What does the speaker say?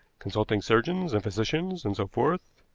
consulting surgeons and physicians, and so forth.